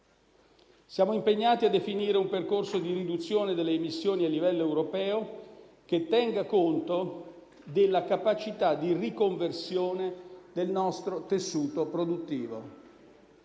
Siamo impegnati a definire un percorso di riduzione delle emissioni a livello europeo che tenga conto della capacità di riconversione del nostro tessuto produttivo.